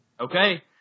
Okay